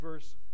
Verse